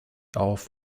auf